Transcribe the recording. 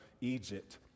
egypt